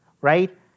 right